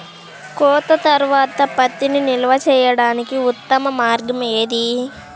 కోత తర్వాత పత్తిని నిల్వ చేయడానికి ఉత్తమ మార్గం ఏది?